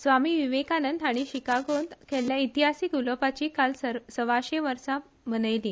स्वामी विवेकानंद हाणी शिकागोंत केल्ल्या इतिहासिक उलोवपाची काल सवाशे वर्सा मनयली